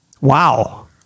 Wow